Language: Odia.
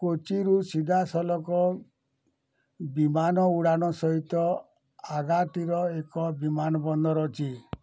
କୋଚିରୁ ସିଧାସଳଖ ବିମାନ ଉଡ଼ାଣ ସହିତ ଆଗାଟିର ଏକ ବିମାନବନ୍ଦର ଅଛି